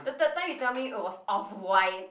the third time you tell me it was off-white